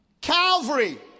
Calvary